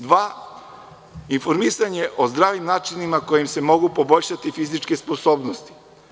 Dva - informisanje o zdravim načinima kojim se mogu poboljšati fizičke sposobnosti.